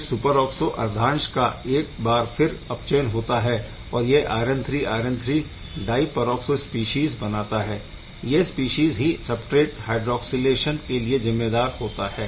इस सुपरऑक्सो अर्धांश का एक बार फिर अपचयन होता है और यह iron III iron III di peroxo species बनाता है यह स्पीशीज़ ही सबस्ट्रेट हायड्राक्सीलेशन के लिए जिम्मेदार होते है